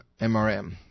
MRM